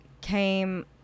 came